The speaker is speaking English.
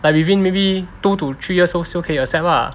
but within maybe two to three years old still 可以 accept lah